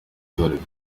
torero